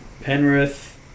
Penrith